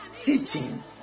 teaching